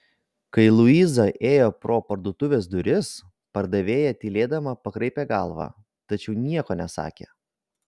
kai luiza ėjo pro parduotuvės duris pardavėja tylėdama pakraipė galvą tačiau nieko nesakė